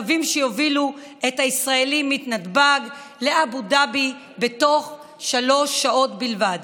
קווים שיובילו את הישראלים מנתב"ג לאבו דאבי בתוך שלוש שעות בלבד.